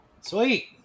sweet